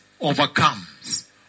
overcomes